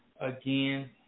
again